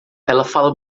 fala